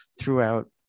throughout